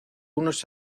unos